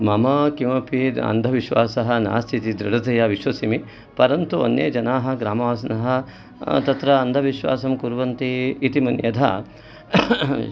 मम किमपि अन्धविश्वासः नास्ति इति दृढतया विश्वसिमि परन्तु अन्ये जनाः ग्रामवासिनः तत्र अन्धविश्वासं कुर्वन्ति इति मन् यथा